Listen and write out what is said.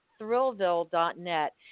thrillville.net